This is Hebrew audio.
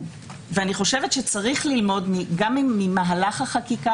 ואני חושבת שצריך ללמוד גם ממהלך החקיקה